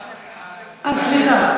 לא, תשובת השר.